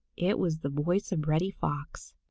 it was the voice of reddy fox.